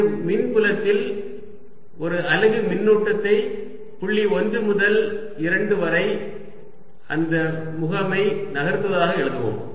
ஒரு மின்புலத்தில் ஒரு அலகு மின்னூட்டத்தை புள்ளி 1 முதல் 2 வரை அந்த முகமை நகர்த்துவதாக எழுதுவோம்